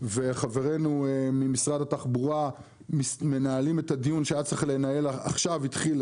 וחברינו ממשרד התחבורה מנהלים את הדיון שעכשיו התחיל,